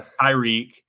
tyreek